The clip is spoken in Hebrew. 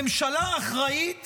ממשלה אחראית